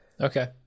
Okay